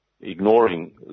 ignoring